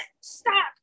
stop